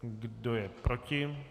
Kdo je proti?